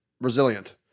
Resilient